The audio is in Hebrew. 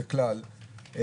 ככלל,